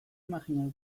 imajinatu